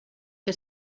que